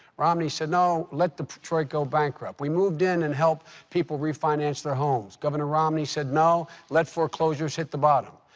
romney said, no, let detroit go bankrupt. we moved in and helped people refinance their homes. governor romney said, no, let foreclosures hit the bottom.